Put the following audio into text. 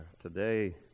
today